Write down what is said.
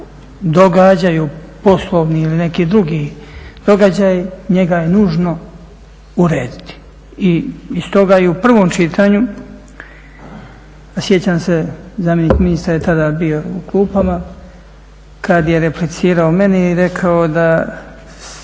događaju poslovni ili neki drugi događaji, njega je nužno urediti i iz toga i u prvom čitanju, sjećam se, zamjenik ministra je tada bio u klupama kada je replicirao meni i rekao da